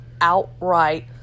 outright